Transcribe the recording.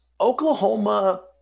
Oklahoma